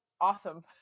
Awesome